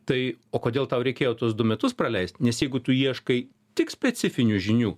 tai o kodėl tau reikėjo tuos du metus praleist nes jeigu tu ieškai tik specifinių žinių